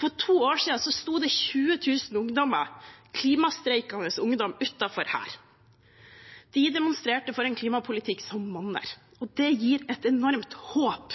For to år siden sto det 20 000 klimastreikende ungdommer utenfor her. De demonstrerte for en klimapolitikk som monner, og det gir et enormt håp.